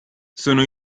sono